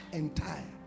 entire